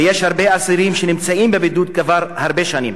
ויש הרבה אסירים שנמצאים בבידוד כבר הרבה שנים.